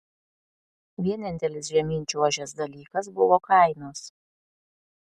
vienintelis žemyn čiuožęs dalykas buvo kainos